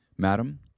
Madam